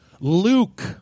Luke